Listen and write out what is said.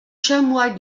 chamois